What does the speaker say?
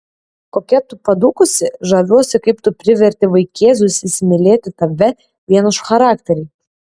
kokia tu padūkusi žaviuosi kaip tu priverti vaikėzus įsimylėti tave vien už charakterį